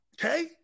Okay